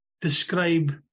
describe